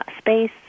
space